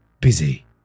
Busy